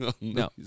No